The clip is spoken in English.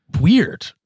weird